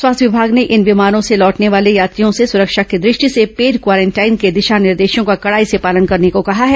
स्वास्थ्य विमाग ने इन विमानों से लौटने वाले यात्रियों से सुरक्षा की दृष्टि से पेड क्वारेंटाइन के दिशा निर्देशों का कड़ाई से पालन करने को कहा है